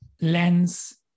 lens